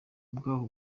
bwaho